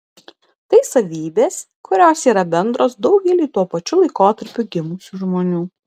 tai savybės kurios yra bendros daugeliui tuo pačiu laikotarpiu gimusių žmonių